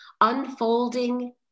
Unfolding